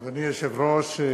אדוני היושב-ראש,